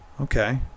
okay